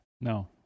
No